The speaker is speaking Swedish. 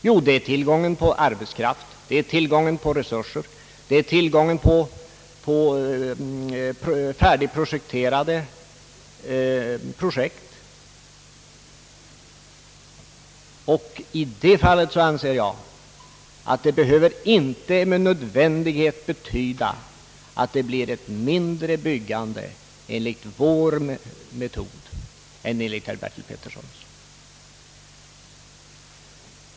Jo, det är tillgången på arbetskraft, tillgången på resurser och tillgången på färdigprojekterade byggen. Det behöver inte med nödvändighet bli ett mindre byggande enligt vår metod än enligt herr Bertil Peterssons.